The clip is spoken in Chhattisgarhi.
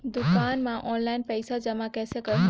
दुकान म ऑनलाइन पइसा जमा कइसे करहु?